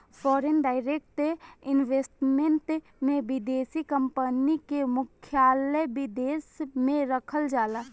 foreign direct investment में विदेशी company के मुख्यालय विदेश में रखल जाला